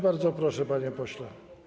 Bardzo proszę, panie pośle.